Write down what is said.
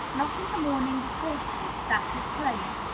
not in the morning, before school that is plain.